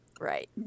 right